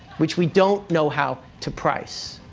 which we don't know how to price,